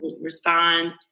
respond